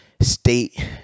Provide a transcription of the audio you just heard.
State